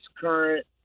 current